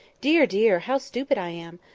dear! dear! how stupid i am!